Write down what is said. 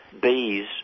bees